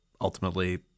ultimately